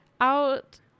out